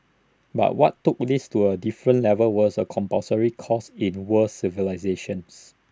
but what took this to A different level was A compulsory course in world civilisations